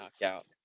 knockout